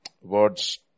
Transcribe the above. words